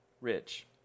rich